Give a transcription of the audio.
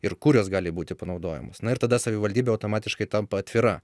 ir kur jos gali būti panaudojamos na ir tada savivaldybė automatiškai tampa atvira